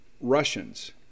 Russians